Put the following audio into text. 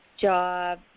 job